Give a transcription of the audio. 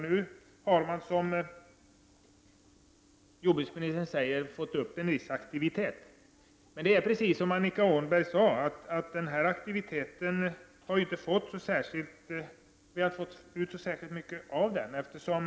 Nu har regeringen, som jordbruksministern säger, fått upp en viss aktivitet. Men det är precis som Annika Åhnberg sade. Vi har inte fått ut särskilt mycket av denna aktivitet.